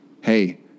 hey